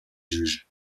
juges